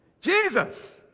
Jesus